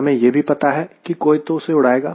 हमें यह भी पता है कि कोई इसे उड़ाएगा